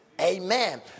Amen